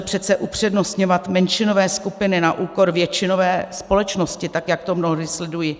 Nelze přece upřednostňovat menšinové skupiny na úkor většinové společnosti, tak jak to mnohdy sleduji.